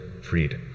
freed